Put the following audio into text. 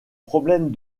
problèmes